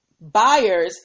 buyers